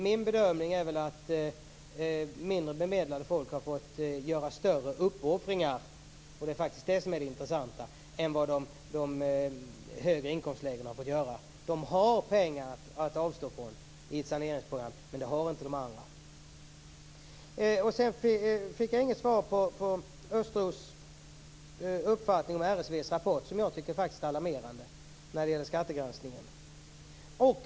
Min bedömning är att mindre bemedlat folk har fått göra större uppoffringar - och det är faktiskt det som är det intressanta - än vad de i högre inkomstlägen har fått göra. De har pengar att avstå från i ett saneringsprogram, men det har inte de andra. Sedan fick jag inget svar på detta med Östros uppfattning om RSV:s rapport, som jag faktiskt tycker är alarmerande när det gäller skattegranskningen.